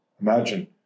Imagine